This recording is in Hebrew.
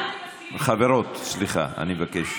חברות, סליחה, אני מבקש.